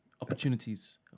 Opportunities